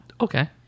Okay